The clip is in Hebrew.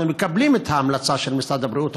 אנחנו מקבלים את ההמלצה של משרד הבריאות,